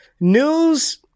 news